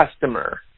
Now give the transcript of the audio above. customer